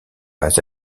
pas